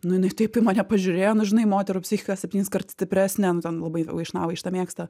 nu jinai taip į mane pažiūrėjo nu žinai moterų psichika septyniskart stipresnė nu ten labai vaišnavai šitą mėgsta